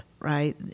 right